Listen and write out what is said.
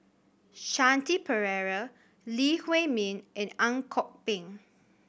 Shanti Pereira Lee Huei Min and Ang Kok Peng